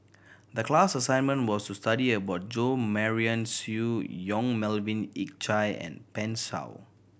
the class assignment was to study about Jo Marion Seow Yong Melvin Yik Chye and Pan Shou